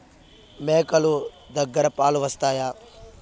మేక లు దగ్గర పాలు వస్తాయా?